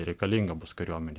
reikalinga bus kariuomenei